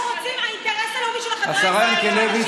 כבוד השרה ינקלביץ',